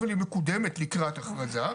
אבל היא מקודמת לקראת הכרזה.